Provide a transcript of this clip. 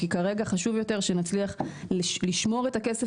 כי כרגע חשוב יותר שנצליח לשמור את הכסף